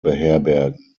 beherbergen